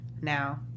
now